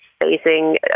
facing